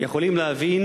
יכולים להבין